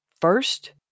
First